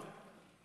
תודה רבה.